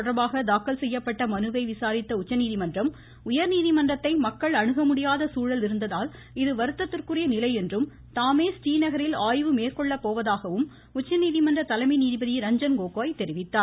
குழந்தைகள் உரிமைகள் தொடர்பாக தாக்கல் செய்யப்பட்ட மனுவை விசாரித்த உச்சநீதிமன்றம் உயா்நீதிமன்றத்தை மக்கள் அணுக முடியாத சூழல் இருந்தால் இது வருத்தத்திற்குரிய நிலை என்றும் தாமே ஸ்ரீநகரில் ஆய்வு மேற்கொள்ளப்போவதாகவும் உச்சநீதிமன்ற தலைமை நீதிபதி ரஞ்சன் கோகோய் தெரிவித்தார்